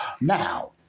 now